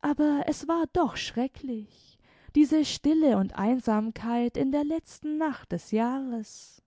aber es war doch schrecklich diese stille und einsamkeit in der letzten nacht des jahres